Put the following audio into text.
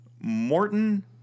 Morton